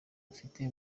mfite